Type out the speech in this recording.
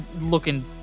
looking